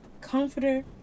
comforter